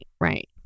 right